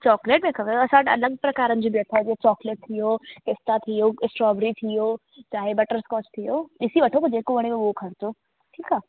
chocolate में खपेव असां वटि अलॻि प्रकारनि जी बि अथव जीअं चॉक्लेट थी वियो पिस्ता थी वियो स्ट्रोबेरी थी वियो तव्हां ही बटर स्कॉच थी वियो ॾिसी वठो पोइ जेको वणेव उहो खणजो ठीकु आहे